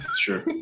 Sure